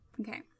Okay